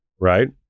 right